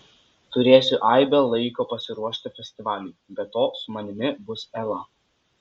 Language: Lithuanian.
turėsiu aibę laiko pasiruošti festivaliui be to su manimi bus ela